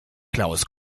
klaus